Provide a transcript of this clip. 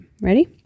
ready